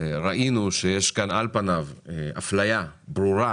ראינו שעל-פניו יש אפליה ברורה